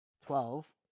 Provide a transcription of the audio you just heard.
twelve